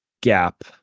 gap